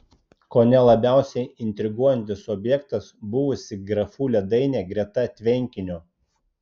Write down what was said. kone labiausiai intriguojantis objektas buvusi grafų ledainė greta tvenkinio